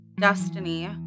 Destiny